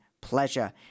pleasure